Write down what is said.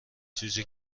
جوجه